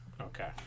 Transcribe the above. Okay